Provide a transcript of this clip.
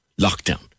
lockdown